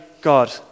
God